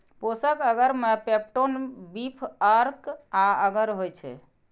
पोषक अगर मे peptone, beef अर्क आ अगर होइ छै